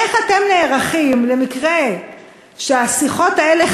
איך אתם נערכים למקרה שהשיחות האלה,